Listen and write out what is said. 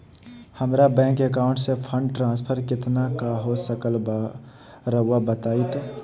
हमरा bank account से fund transfer कितना का हो सकल बा रुआ बताई तो?